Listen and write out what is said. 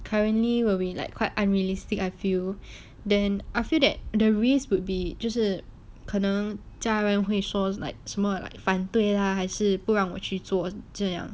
currently will be like quite unrealistic I feel then I feel that the risk would be 就是可能家人会说 like 什么 like 反对 lah 还是不让我去做这样